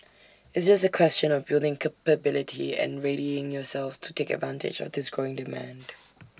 it's just A question of building capability and readying yourselves to take advantage of this growing demand